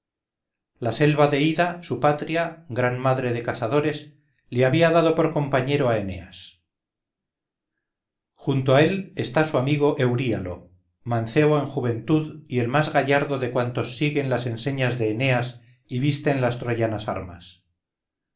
la selva de ida su patria gran madre de cazadores le había dado por compañero a eneas junto a él está su amigo euríalo mancebo en juventud y el más gallardo de cuantos siguen las enseñas de eneas y visten las troyanas armas